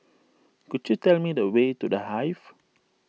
could you tell me the way to the Hive